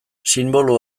sinbolo